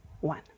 one